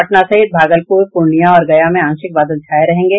पटना सहित भागलपुर पूर्णिया और गया में आंशिक बादल छाये रहेंगे